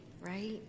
right